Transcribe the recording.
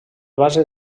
base